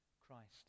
Christ